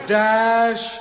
dash